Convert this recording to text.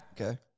Okay